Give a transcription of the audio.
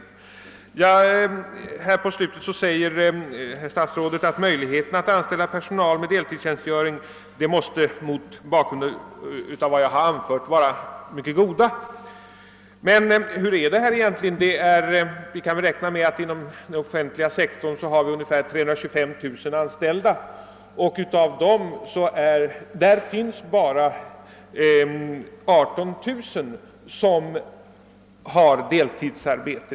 I slutet av sitt svar säger statsrådet: »Möjligheterna att anställa personal med deltidstjänstgöring måste mot bakgrund av vad jag nu anfört anses goda.» Men hur är det egentligen med detta? Vi kan räkna med att vi inom den offentliga sektorn har ungefär 325 000 anställda, och bland dessa finns bara 18 000 som har deltidsarbete.